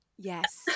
Yes